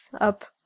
Up